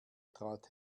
trat